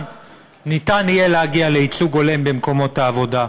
ניתן יהיה להגיע לייצוג הולם במקומות העבודה,